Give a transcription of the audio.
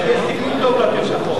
כי יש סיכוי טוב להעביר את החוק.